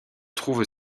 trouve